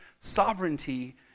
sovereignty